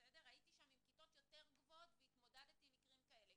הייתי שם עם כיתות יותר גבוהות והתמודדתי עם מקרים כאלה